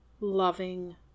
loving